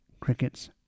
Crickets